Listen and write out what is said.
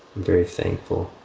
very thankful